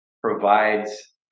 provides